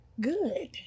Good